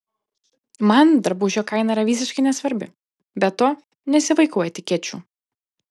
man drabužio kaina yra visiškai nesvarbi be to nesivaikau etikečių